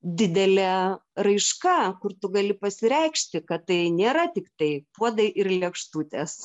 didelė raiška kur tu gali pasireikšti kad tai nėra tiktai puodai ir lėkštutės